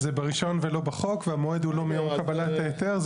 זה ברישיון ולא בחוק והמועד הוא לא מקבלת ההיתר,